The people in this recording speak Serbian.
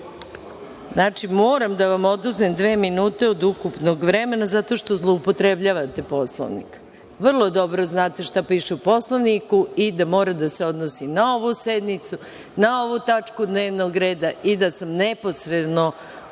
grupaciji. Moram da vam oduzmem dve minute od ukupnog vremena, zato što zloupotrebljavate Poslovnik. Vrlo dobro znate šta piše u Poslovniku i da mora da se odnosi na ovu sednicu, na ovu tačku dnevnog reda i da sam neposredno